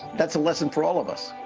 that's a lesson for all of us